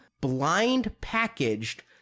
blind-packaged